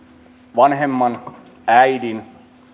vanhemman äidin